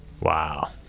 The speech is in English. wow